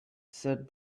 said